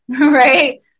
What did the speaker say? right